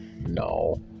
No